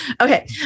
Okay